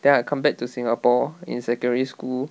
then I come back to singapore in secondary school